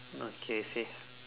okay say